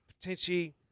Potentially